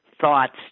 thoughts